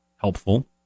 helpful